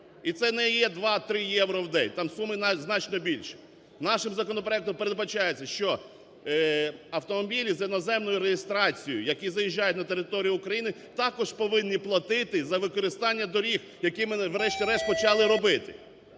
І це не є два-три євро в день, там суми значно більші. Нашим законопроектом передбачається, що автомобілі з іноземною реєстрацією, які заїжджають на територію України, також повинні платити за використання доріг, які ми врешті-решт почали робити.